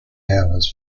hours